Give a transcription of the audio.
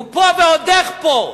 הוא פה, ועוד איך פה.